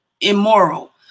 immoral